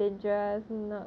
to cycle